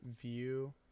view